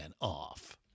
off